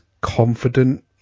confident